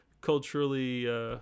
culturally